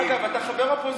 אגב, אתה עדיין חבר אופוזיציה.